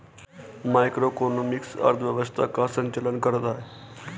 macroeconomics अर्थव्यवस्था का संचालन करता है